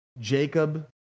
Jacob